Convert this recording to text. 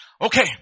Okay